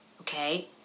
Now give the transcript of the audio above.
okay